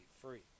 free